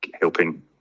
helping